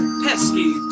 pesky